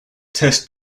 test